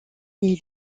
est